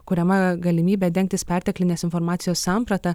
kuriama galimybė dengtis perteklinės informacijos samprata